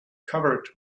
covered